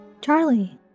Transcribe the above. Charlie